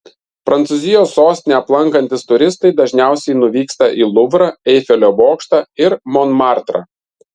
prancūzijos sostinę aplankantys turistai dažniausiai nuvyksta į luvrą eifelio bokštą ir monmartrą